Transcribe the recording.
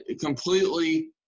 completely